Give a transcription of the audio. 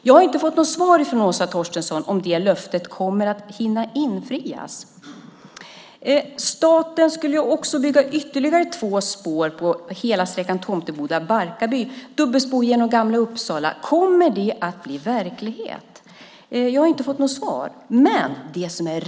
Jag har inte fått något svar från Åsa Torstensson om huruvida det löftet kommer att hinna infrias. Staten skulle ju också bygga ytterligare två spår på hela sträckan Tomteboda-Barkarby och dubbelspår genom Gamla Uppsala. Kommer det här att bli verklighet? Jag har inte fått något svar om det.